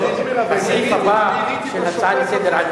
מסיעת רע"ם-תע"ל.